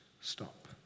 stop